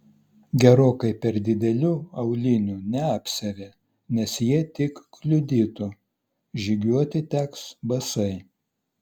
gerokai per didelių aulinių neapsiavė nes jie tik kliudytų žygiuoti teks basai